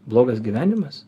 blogas gyvenimas